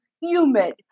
humid